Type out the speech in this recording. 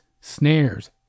snares